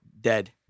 dead